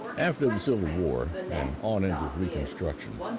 after the civil war, and on into reconstruction,